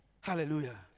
Hallelujah